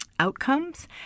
Outcomes